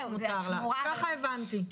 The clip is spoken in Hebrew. ככה הבנתי.